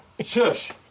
Shush